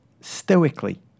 stoically